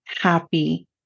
happy